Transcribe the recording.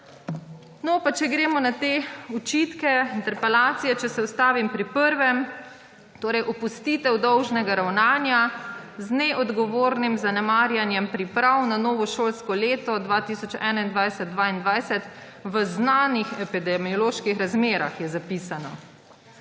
posvete. Če gremo na očitke interpelacije. Če se ustavim pri prvem, opustitev dolžnega ravnanja z neodgovornim zanemarjanjem priprav na novo šolsko leto 2021/2022 v znanih epidemioloških razmerah, je zapisano.